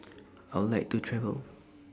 I Would like to travel